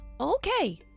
Okay